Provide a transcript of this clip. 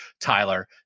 Tyler